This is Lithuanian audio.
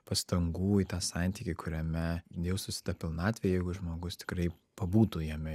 pastangų į tą santykį kuriame jaustųsi ta pilnatvė jeigu žmogus tikrai pabūtų jame